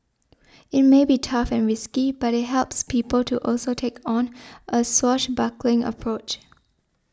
it may be tough and risky but it helps people to also take on a swashbuckling approach